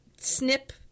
snip